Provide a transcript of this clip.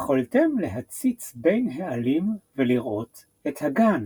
יכלתם להציץ בין העלים ולראות — את הגן,